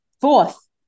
fourth